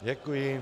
Děkuji.